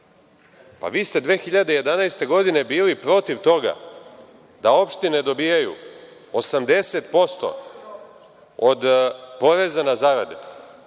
Pa, vi ste 2011. godine bili protiv toga da opštine dobijaju 80% od poreza na zarade,